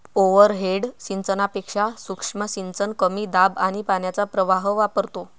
overhead सिंचनापेक्षा सूक्ष्म सिंचन कमी दाब आणि पाण्याचा प्रवाह वापरतो